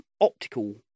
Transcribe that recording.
optical